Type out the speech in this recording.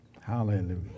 hallelujah